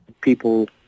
people